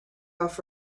off